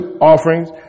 offerings